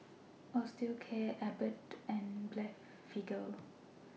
Osteocare Abbott and Blephagel